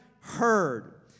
heard